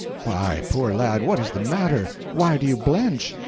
why, poor lad, what is the matter? why do you blench?